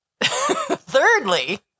Thirdly